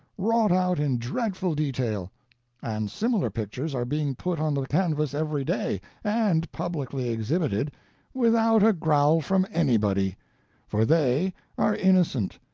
wrought out in dreadful detail and similar pictures are being put on the canvas every day and publicly exhibited without a growl from anybody for they are innocent,